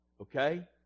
okay